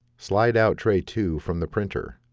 slide out tray two from the printer.